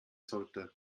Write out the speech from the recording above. sollte